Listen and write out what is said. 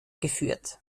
geführt